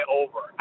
over